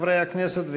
חברי הכנסת,